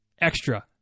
extra